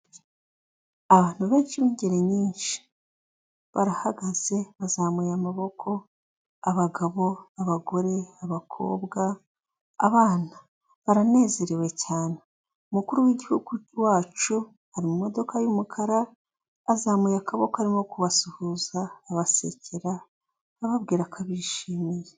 Abantu benshi b'ingeri nyinshi barahagaze bazamuye amaboko, abagabo, abagore, abakobwa, abana, baranezerewe cyane, umukuru w'igihugu wacu ari mu modoka y'umukara, azamuye akaboko arimo kubasuhuza abasekera ababwira ko abishimiye.